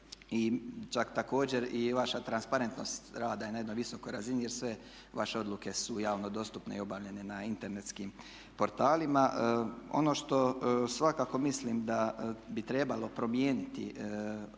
broj. Također, vaša transparentnost rada je na jednoj visokoj razini jer sve vaše odluke su javno dostupne i objavljene na internetskim portalima. Ono što svakako mislim da bi trebalo promijeniti,